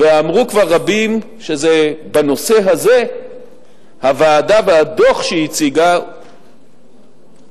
ואמרו כבר רבים שבנושא הזה הוועדה והדוח שהיא הציגה היו